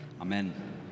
Amen